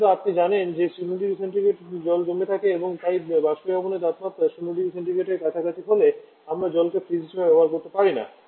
বিশেষত আপনি জানেন যে 0 ডিগ্রি সেন্টিগ্রেডে জল জমে থাকে এবং তাই বাষ্পীভবনের তাপমাত্রা 0 0 সেন্টিগ্রেডের কাছাকাছি হলে আমরা জলকে ফ্রিজ হিসাবে ব্যবহার করতে পারি না